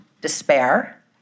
despair